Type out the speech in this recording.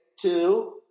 two